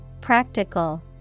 practical